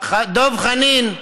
דב חנין,